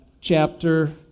chapter